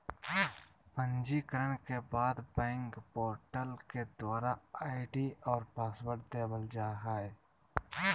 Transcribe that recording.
पंजीकरण के बाद बैंक पोर्टल के द्वारा आई.डी और पासवर्ड देवल जा हय